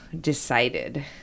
decided